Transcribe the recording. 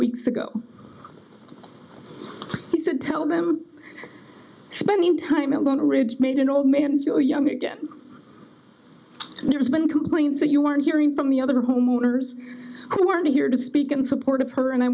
weeks ago he said tell them spending time alone ridge made an old man feel young again there's been complaints that you weren't hearing from the other homeowners i wanted to hear to speak in support of her and i